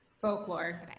folklore